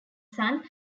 son